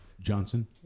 Johnson